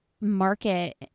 market